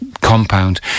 compound